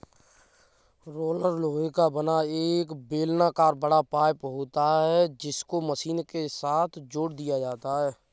roller लोहे का बना एक बेलनाकर बड़ा पाइप होता है जिसको मशीन के साथ जोड़ दिया जाता है